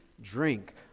drink